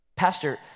Pastor